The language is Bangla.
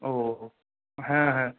ও হো হ্যাঁ হ্যাঁ